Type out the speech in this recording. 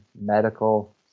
medical